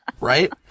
right